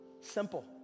Simple